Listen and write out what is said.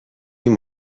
این